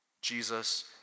Jesus